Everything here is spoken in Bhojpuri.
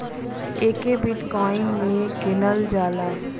एके बिट्काइन मे गिनल जाला